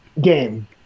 game